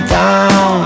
down